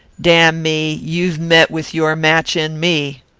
damn me, you've met with your match in me.